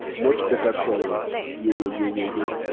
much better colours. yeah yeah yeah.